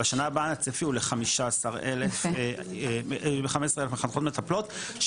בשנה הבאה הצפי הוא 15 אלף מחנכות מטפלות.